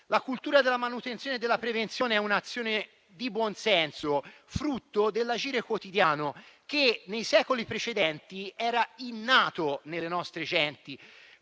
La cultura della manutenzione e della prevenzione è un'azione di buon senso, frutto dell'agire quotidiano che nei secoli precedenti era innato nelle nostre genti,